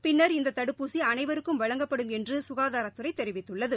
பின்னா் இந்த தடுப்பூசி அனைவருக்கும் வழங்கப்படும் என்று சுகாதாரத்துறை தெிவித்துள்ளது